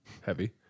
heavy